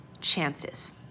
chances